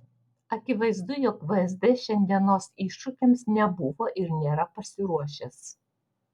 akivaizdu jog vsd šiandienos iššūkiams nebuvo ir nėra pasiruošęs